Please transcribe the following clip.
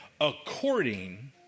according